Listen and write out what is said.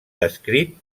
descrit